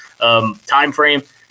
timeframe